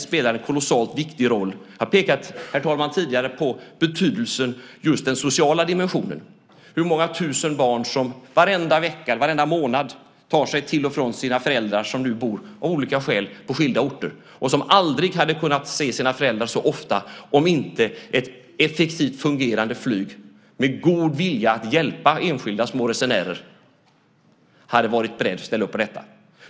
Jag har tidigare pekat på betydelsen av just den sociala dimensionen och hur många tusen barn som varje vecka eller varje månad tar sig till eller från sina föräldrar som av olika skäl bor på skilda orter och som aldrig hade kunnat träffa sina föräldrar så ofta om inte ett effektivt fungerande flyg med god vilja att hjälpa enskilda små resenärer hade funnits.